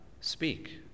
speak